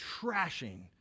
trashing